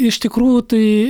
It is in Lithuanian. iš tikrųjų tai